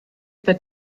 that